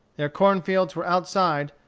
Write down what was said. their corn-fields were outside,